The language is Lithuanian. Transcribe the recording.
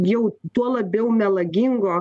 jau tuo labiau melagingo